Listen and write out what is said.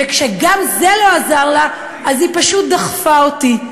וכשגם זה לא עזר לה, היא פשוט דחפה אותי.